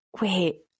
wait